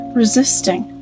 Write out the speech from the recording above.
resisting